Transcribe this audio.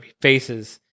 faces